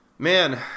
Man